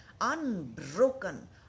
unbroken